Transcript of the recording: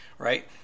right